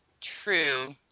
True